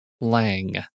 Lang